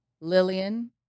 Lillian